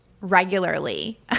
regularly